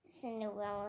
Cinderella